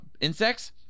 insects